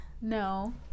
No